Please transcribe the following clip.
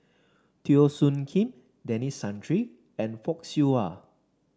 Teo Soon Kim Denis Santry and Fock Siew Wah